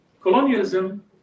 colonialism